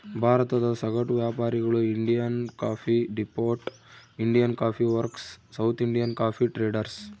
ಭಾರತದ ಸಗಟು ವ್ಯಾಪಾರಿಗಳು Indian coffee depot, Indian coffee works, South Indian coffee traders